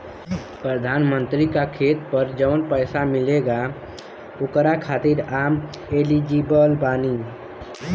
प्रधानमंत्री का खेत पर जवन पैसा मिलेगा ओकरा खातिन आम एलिजिबल बानी?